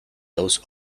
those